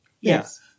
yes